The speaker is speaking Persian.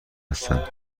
هستم